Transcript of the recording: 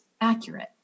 accurate